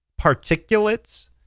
particulates